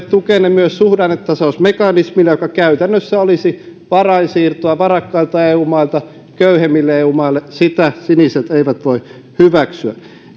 tukenne myös suhdannetasausmekanismille joka käytännössä olisi varainsiirtoa varakkailta eu mailta köyhemmille eu maille sitä siniset eivät voi hyväksyä